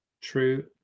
True